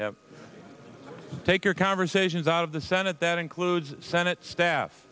order take your conversations out of the senate that includes senate staff